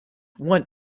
want